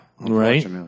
Right